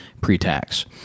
pre-tax